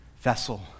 vessel